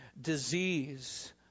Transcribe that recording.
disease